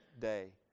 day